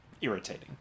irritating